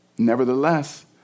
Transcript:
Nevertheless